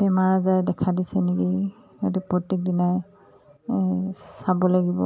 বেমাৰ আজাৰ দেখা দিছে নেকি সিহঁতক প্ৰত্যেক দিনাই চাব লাগিব